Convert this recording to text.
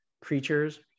Creatures